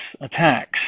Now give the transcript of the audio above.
attacks